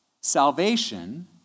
salvation